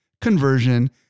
conversion